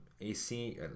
AC